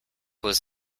was